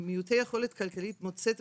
רק